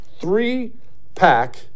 three-pack